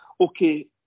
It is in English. okay